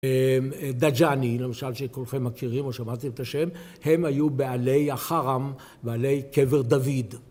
דג'אני, למשל, שכולכם מכירים או שמעתם את השם, הם היו בעלי החרם, בעלי קבר דוד.